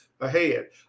ahead